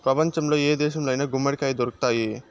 ప్రపంచంలో ఏ దేశంలో అయినా గుమ్మడికాయ దొరుకుతాయి